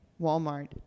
Walmart